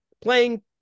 playing